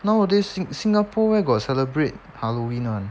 nowadays sing~ singapore where got celebrate halloween [one]